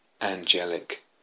angelic